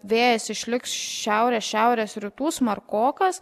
vėjas išliks šiaurės šiaurės rytų smarkokas